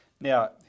Now